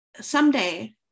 someday